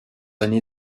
années